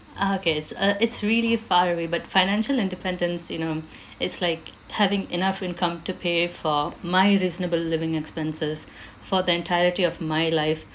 uh okay it's uh it's really far away but financial independence you know it's like having enough income to pay for my reasonable living expenses for the entirety of my life